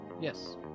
yes